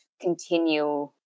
continue